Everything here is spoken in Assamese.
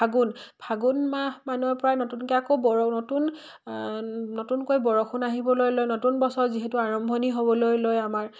ফাগুণ ফাগুণ মাহ মানৰ পৰাই নতুনকে আকৌ বৰ নতুন নতুনকৈ বৰষুণ আহিবলৈ লয় নতুন বছৰ যিহেতু আৰম্ভণি হ'বলৈ লৈ আমাৰ